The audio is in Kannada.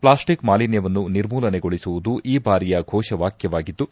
ಪ್ಲಾಸ್ಟಿಕ್ ಮಾಲಿನ್ಶವನ್ನು ನಿರ್ಮೂಲನೆಗೊಳಿಸುವುದು ಈ ಬಾರಿಯ ಫೋಷವಾಕ್ಯವಾಗಿದ್ದು